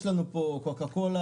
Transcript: יש לנו פה קוקה קולה,